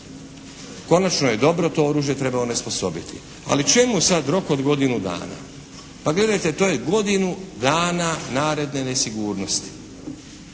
Konačno je dobro to oružje treba onesposobiti, ali čemu sad rok od godinu dana? Pa gledajte, to je godinu dana naredne nesigurnosti.